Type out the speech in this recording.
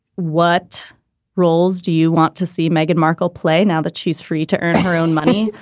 what roles do you want to see meghan markle play now that she's free to earn her own money?